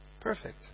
Perfect